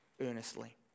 earnestly